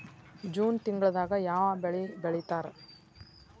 June ತಿಂಗಳದಾಗ ಯಾವ ಬೆಳಿ ಬಿತ್ತತಾರ?